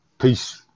Peace